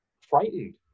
frightened